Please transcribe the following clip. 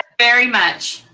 very much.